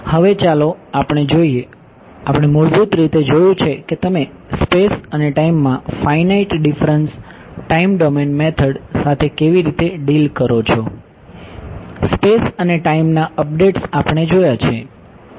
હવે ચાલો આપણે જોઈએ આપણે મૂળભૂત રીતે જોયું છે કે તમે સ્પેસ અને ટાઈમ માં finite difference time domain method સાથે કેવી રીતે ડીલ કરો છો સ્પેસ અને ટાઈમના અપડેટ્સ આપણે જોયા છે